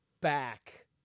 back